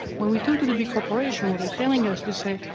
when we talk to the big corporation what they're telling us to say,